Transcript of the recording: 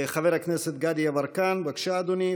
חבר הכנסת גדי יברקן, בבקשה, אדוני.